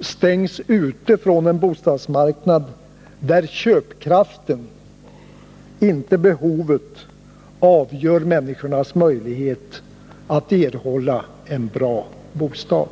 stängs ute från en bostadsmarknad där köpkraften, inte behovet, avgör människornas möjligheter att erhålla en bra bostad.